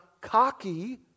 cocky